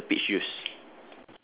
yes it's a peach juice